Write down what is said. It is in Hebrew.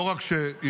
לא רק איראן